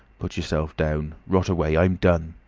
put yourself down. rot away. i'm done.